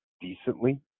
decently